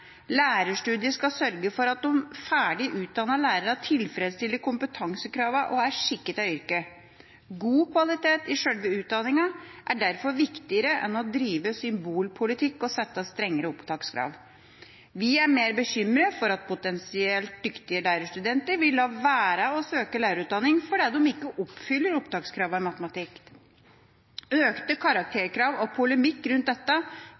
Lærerstudiet skal sørge for at de ferdig utdannede lærerne tilfredsstiller kompetansekravene og er skikket til yrket. God kvalitet i sjølve utdanninga er derfor viktigere enn å drive symbolpolitikk og sette strengere opptakskrav. Vi er mer bekymret for at potensielt dyktige lærerstudenter vil la være å søke lærerutdanning fordi de ikke oppfyller opptakskravene i matematikk. Økte karakterkrav og polemikk rundt dette